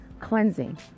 Cleansing